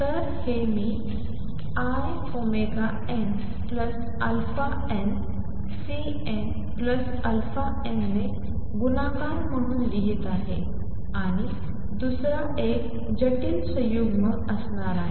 तर हे मी inαnCnαn ने गुणाकार म्हणून लिहित आहे आणि दुसरा एक जटिल संयुग्म असणार आहे